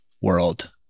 world